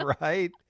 Right